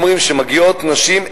ואומרים שמגיעות נשים,